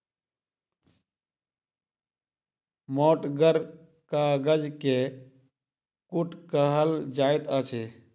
मोटगर कागज के कूट कहल जाइत अछि